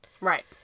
Right